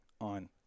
on